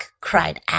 cried